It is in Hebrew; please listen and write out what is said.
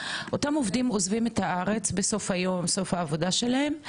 אותם עוזבים את הארץ בסוף העבודה שלהם,